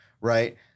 right